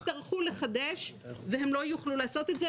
מי שיצטרכו לחדש רישיונות לא יוכלו לעשות את זה.